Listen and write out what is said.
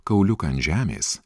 kauliuką ant žemės